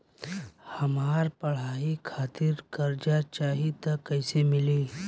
हमरा पढ़ाई खातिर कर्जा चाही त कैसे मिली?